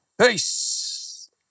peace